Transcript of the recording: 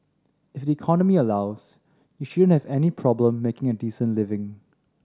if the economy allows you shouldn't have any problem making a decent living